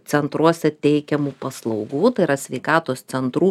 centruose teikiamų paslaugų tai yra sveikatos centrų